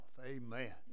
Amen